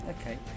Okay